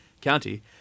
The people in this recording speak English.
County